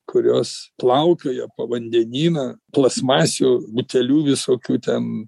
kurios plaukioja po vandenyną plastmasių butelių visokių ten